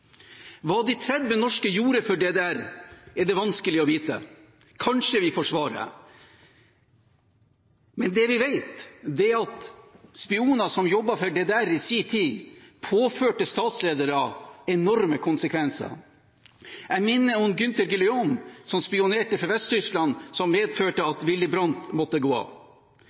Hva de 30 norske gjorde for DDR, er det vanskelig å vite. Kanskje vi får svaret. Men det vi vet, er at spioner som jobbet for DDR, i sin tid påførte statsledere enorme konsekvenser. Jeg minner om Günter Guillaume, som spionerte i Vest-Tyskland, noe som medførte at Willy Brandt måtte gå